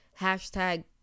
hashtag